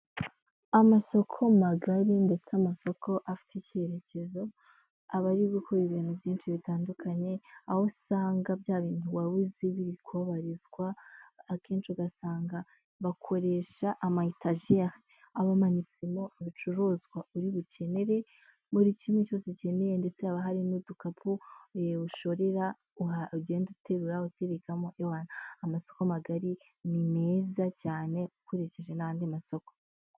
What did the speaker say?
Amasoko magari ndetse n'amasoko afite icyerekezo, aba ari gukora ibintu byinshi bitandukanye, aho usanga bya bintu waruzi biri kuhabarizwa akenshi ugasanga bakoresha amayetajeri aba amanitsemo ibicuruzwa uri bukenere, buri kimwe cyose ukeneye ndetse haba hari n'udukapu, ushorera ugenda uterura uterekamo, amasoko magari ni meza cyane ukurikije n'andi masoko.